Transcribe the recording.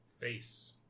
face